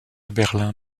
berlin